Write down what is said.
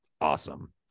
awesome